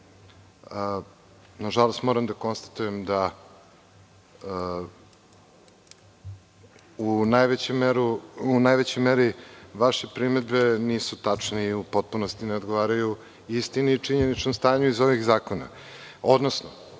Nažalost, moram da konstatujem da u najvećoj meri vaše primedbe nisu tačne i u potpunosti ne odgovaraju istini i činjeničnom stanju iz ovog zakona,